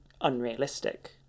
unrealistic